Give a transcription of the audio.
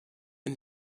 and